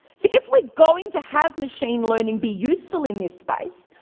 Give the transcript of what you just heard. so if we're going to have machine learning be useful in this space,